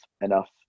enough